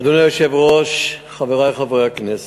1 2. אדוני היושב-ראש, חברי חברי הכנסת,